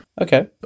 Okay